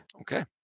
Okay